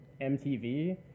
MTV